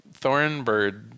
Thornbird